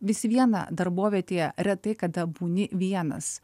vis viena darbovietėje retai kada būni vienas